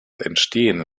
entstehen